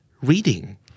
reading